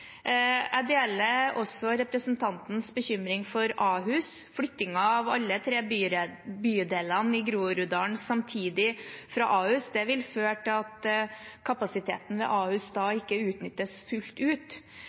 Jeg deler representantens bekymring for Ahus. Flyttingen av alle tre bydelene i Groruddalen samtidig fra Ahus vil føre til at kapasiteten ved Ahus ikke utnyttes fullt ut.